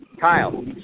Kyle